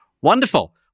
Wonderful